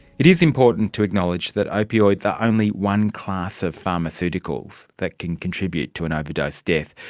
it is important to acknowledge that opioids are only one class of pharmaceuticals that can contribute to an overdose death.